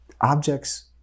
objects